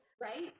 Right